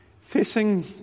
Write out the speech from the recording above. Facing